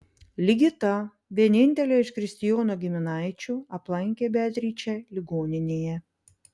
ligita vienintelė iš kristijono giminaičių aplankė beatričę ligoninėje